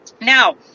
Now